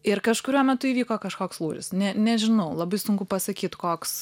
ir kažkuriuo metu įvyko kažkoks lūžis ne nežinau labai sunku pasakyt koks